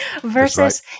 Versus